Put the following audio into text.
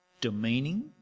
demeaning